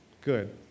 Good